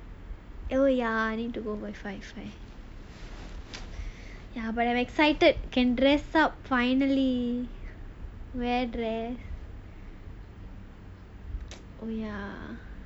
oh ya need to go by five right ya but I'm excited can dress up finally when there ya